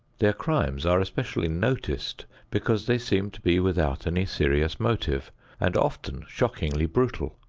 their crimes are especially noticed because they seem to be without any serious motive and often shockingly brutal.